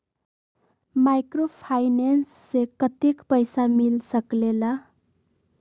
Microfinance से कतेक पैसा मिल सकले ला?